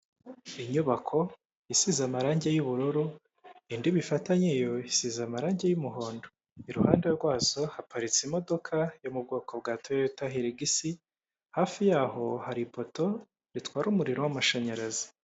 Inyubako isize amarangi y'ubururu, indi bifatanye yo isize amarange y'umuhondo, iruhande rwazo haparitse imodoka yo mu bwoko bwa toyota heregisi, hafi yaho hari ipoto ritwara umuriro w'amashanyarazi.